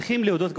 צריכים להודות,